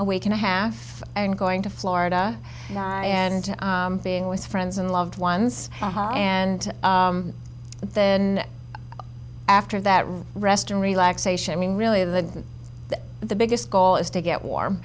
a week and a half and going to florida and being with friends and loved ones and then after that rest and relaxation really the the biggest goal is to get warm